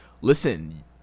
listen